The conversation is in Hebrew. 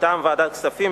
מטעם ועדת הכספים,